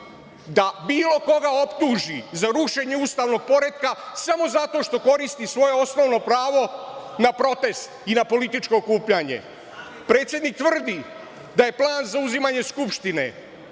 da bilo koga optuži za rušenje ustavnog poretka, samo zato što koristi svoje osnovno pravo na protest i na političko okupljanje. Predsednik tvrdi da je plan zauzimanje Skupštine.